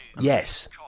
Yes